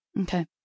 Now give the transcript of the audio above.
Okay